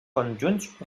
conjunts